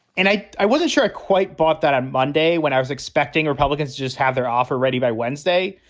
and i i wasn't sure i quite bought that on monday when i was expecting republicans just have their offer ready by wednesday.